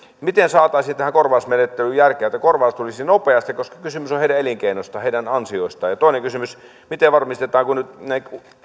miten saataisiin tähän korvausmenettelyyn järkeä että korvaus tulisi nopeasti koska kysymys on heidän elinkeinostaan heidän ansioistaan toinen kysymys nyt ne